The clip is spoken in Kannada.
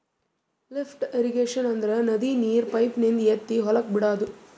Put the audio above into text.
ಲಿಫ್ಟ್ ಇರಿಗೇಶನ್ ಅಂದ್ರ ನದಿ ನೀರ್ ಪೈಪಿನಿಂದ ಎತ್ತಿ ಹೊಲಕ್ ಬಿಡಾದು